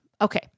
Okay